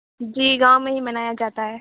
جی گاؤں میں ہی منایا جاتا ہے